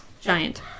Giant